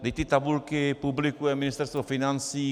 Vždyť tabulky publikuje Ministerstvo financí.